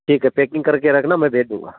ठीक है पेकिन्ग करके रखना मैं भेज दूँगा